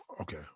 Okay